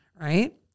right